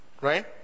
Right